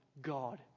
God